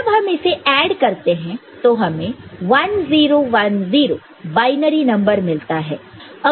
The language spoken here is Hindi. जब हम इसे ऐड करते हैं तो हमें 1 0 1 1 बायनरी नंबर मिलता है